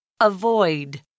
Avoid